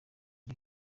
iki